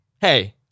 hey